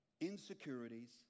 insecurities